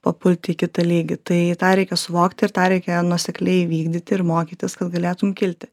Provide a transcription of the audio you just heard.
papulti į kitą lygį tai tą reikia suvokti ir tą reikia nuosekliai vykdyti ir mokytis kad galėtum kilti